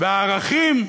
והערכים,